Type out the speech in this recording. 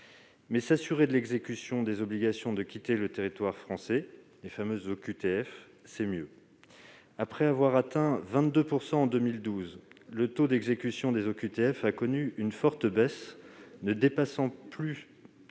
s'assurer de l'exécution des obligations de quitter le territoire français, les fameuses OQTF, c'est mieux ! Après s'être élevé jusqu'à 22 % en 2012, le taux d'exécution des OQTF a connu une forte baisse, ne dépassant plus